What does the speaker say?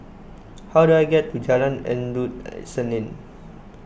how do I get to Jalan Endut Senin